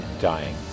dying